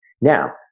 Now